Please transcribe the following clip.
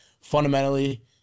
fundamentally